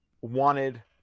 wanted